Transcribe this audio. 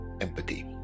empathy